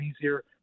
easier